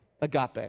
agape